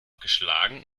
geschlagen